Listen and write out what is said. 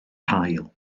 haul